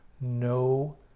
no